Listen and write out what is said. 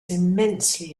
immensely